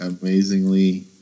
amazingly